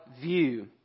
view